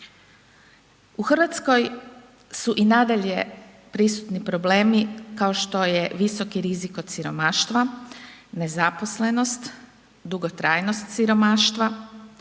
U Hrvatskoj su i nadalje prisutni problemi kao što je visoki rizik od siromaštva, nezaposlenost, dugotrajnost siromaštva,